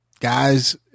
guys